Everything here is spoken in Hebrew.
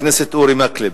חבר הכנסת אורי מקלב.